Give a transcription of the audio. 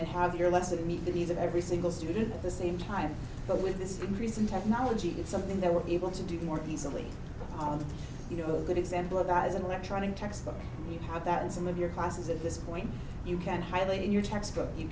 and have your legs that meet the needs of every single student at the same time but with this increase in technology it's something that we're able to do more easily on you know a good example of that is an electronic textbook we have that in some of your classes at this point you can highlight in your textbook you